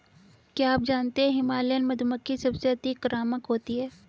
क्या आप जानते है हिमालयन मधुमक्खी सबसे अतिक्रामक होती है?